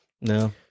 No